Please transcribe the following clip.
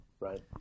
Right